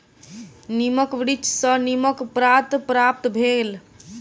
नीमक वृक्ष सॅ नीमक पात प्राप्त भेल